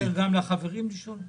אני אשמח לשמוע את דעתך על הנושא